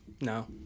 No